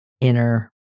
inner